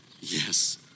Yes